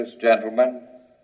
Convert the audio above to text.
gentlemen